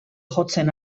jotzen